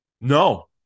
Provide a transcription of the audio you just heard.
No